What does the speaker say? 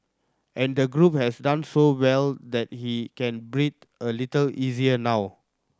and the group has done so well that he can breathe a little easier now